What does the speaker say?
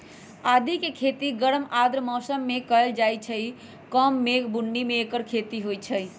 आदिके खेती गरम आर्द्र मौसम में कएल जाइ छइ कम मेघ बून्नी में ऐकर खेती होई छै